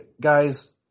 guys